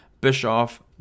Bischoff